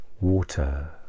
water